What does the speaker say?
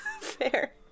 Fair